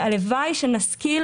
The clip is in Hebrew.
הלוואי שנשכיל